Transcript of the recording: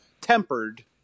tempered